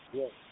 yes